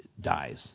dies